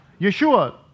Yeshua